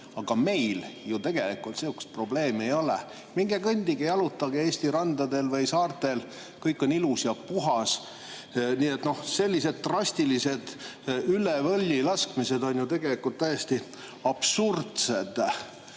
Aga meil ju tegelikult sihukest probleemi ei ole. Minge kõndige, jalutage Eesti randadel või saartel – kõik on ilus ja puhas. Sellised drastilised, üle võlli laskmised on tegelikult täiesti absurdsed.